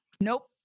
Nope